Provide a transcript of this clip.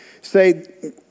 say